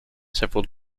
several